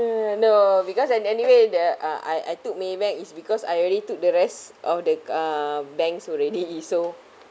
uh no because an anyway the uh I I took MAYBANK is because I already took the rest of the uh banks already so